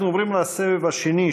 אנחנו עוברים לסבב השני,